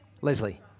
Leslie